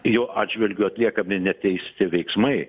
jo atžvilgiu atliekami neteisėti veiksmai